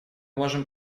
можем